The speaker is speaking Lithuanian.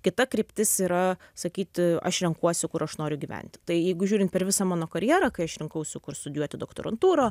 kita kryptis yra sakyti aš renkuosi kur aš noriu gyventi tai jeigu žiūrint per visą mano karjerą kai aš rinkausi kur studijuoti doktorantūrą